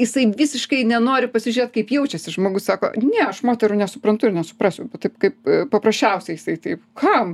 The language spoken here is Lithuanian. jisai visiškai nenori pasižiūrėt kaip jaučiasi žmogus sako ne aš moterų nesuprantu ir nesuprasiu taip kaip paprasčiausiai jisai taip kam